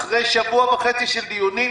אחרי שבוע וחצי של דיונים,